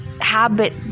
habit